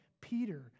Peter